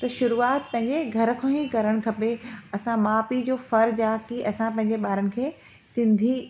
त शुरूआति पंहिंजे घर खां ई करणु खपे असां माउ पीउ फर्ज़ु आहे की असां पंहिंजे ॿारनि खे सिंधी